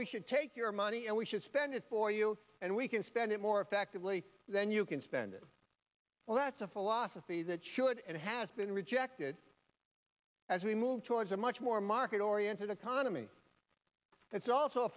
we should take your money and we should spend it for you and we can spend it more effectively than you can spend it well that's a philosophy that should and has been rejected as we move towards a much more market oriented economy that's also a